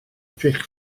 edrych